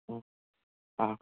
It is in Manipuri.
ꯎꯝ ꯑꯥ